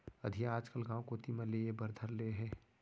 अधिया आजकल गॉंव कोती म लेय बर धर ले हें